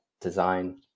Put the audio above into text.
design